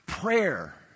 Prayer